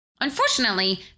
Unfortunately